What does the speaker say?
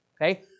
Okay